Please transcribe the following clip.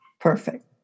Perfect